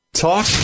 Talk